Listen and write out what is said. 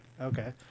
Okay